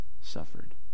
suffered